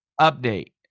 update